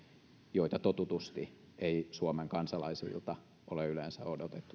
joita totutusti ei suomen kansalaisilta ole yleensä